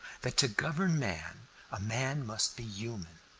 that to govern man a man must be human,